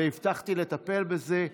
והבטחתי לטפל בזה.